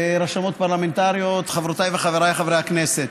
רשמות פרלמנטריות, חברותיי וחבריי חברי הכנסת,